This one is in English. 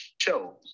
show